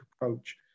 approach